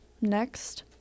Next